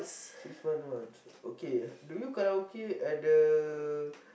six months once okay do you karaoke at the